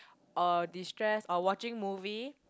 or destress or watching movie